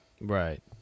right